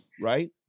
right